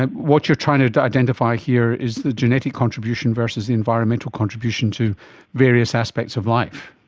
what you're trying to to identify here is the genetic contribution versus the environmental contribution to various aspects of life.